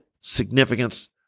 significance